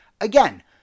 again